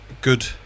good